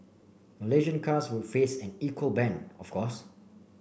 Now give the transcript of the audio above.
Malaysian cars would face an equal ban of course